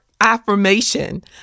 affirmation